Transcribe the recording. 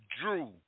Drew